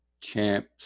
champs